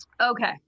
Okay